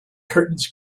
curtains